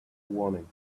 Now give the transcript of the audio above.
warnings